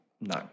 No